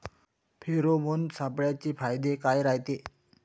Pheromone सापळ्याचे फायदे काय रायते?